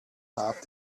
have